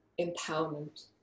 Empowerment